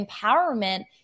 empowerment